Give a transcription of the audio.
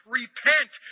repent